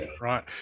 right